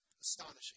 astonishing